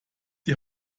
die